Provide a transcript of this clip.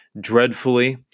dreadfully